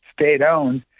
state-owned